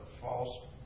false